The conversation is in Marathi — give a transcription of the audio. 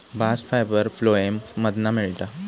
बास्ट फायबर फ्लोएम मधना मिळता